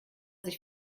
sich